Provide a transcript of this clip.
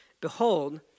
Behold